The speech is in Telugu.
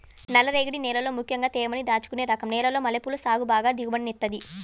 నల్లరేగడి నేలల్లో ముక్కెంగా తేమని దాచుకునే రకం నేలల్లో మల్లెపూల సాగు బాగా దిగుబడినిత్తది